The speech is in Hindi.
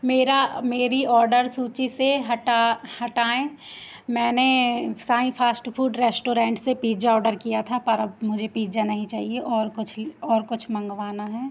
मेरा मेरी ऑडर सूची से हटा हटाएँ मैंने साईं फास्ट फ़ूड रेस्टोरेंट से पीजा ऑडर किया था पर अब मुझे पीजा नहीं चाहिए और कुछ और कुछ मँगवाना है